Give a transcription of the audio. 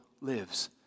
lives